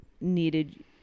needed